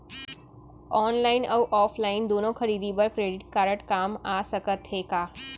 Online अऊ offline दूनो खरीदी बर क्रेडिट कारड काम आप सकत हे का?